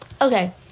Okay